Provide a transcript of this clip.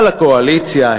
על הקואליציה,